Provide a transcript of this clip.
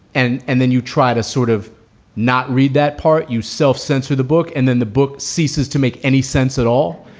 and and then you try to sort of not read that part. you self-censor the book and then the book ceases to make any sense at all.